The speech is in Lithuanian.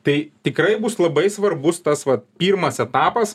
tai tikrai bus labai svarbus tas va pirmas etapas